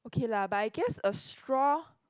okay lah but I guess a straw